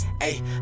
ay